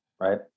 right